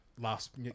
last